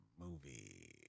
movie